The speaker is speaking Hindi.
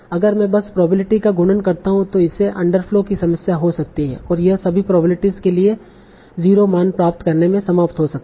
अगर मैं बस प्रोबेबिलिटी का गुणन करता हूँ तो इससे अंडरफ्लो की समस्या हो सकती है और यह सभी प्रोबेबिलिटीस के लिए 0 मान प्राप्त करने में समाप्त हो सकता है